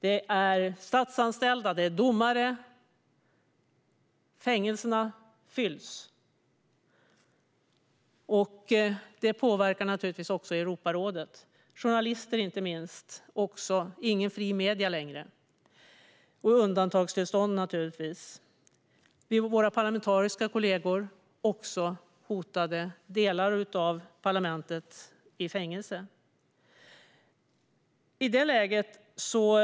Det är statsanställda, och det är domare. Det handlar inte minst om journalister. Det finns inte längre några fria medier. Undantagstillstånd råder naturligtvis. Våra parlamentariska kollegor är också hotade; delar av parlamentet sitter i fängelse. Fängelserna fylls, och det påverkar naturligtvis också Europarådet.